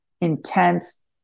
intense